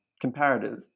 comparative